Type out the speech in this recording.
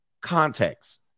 context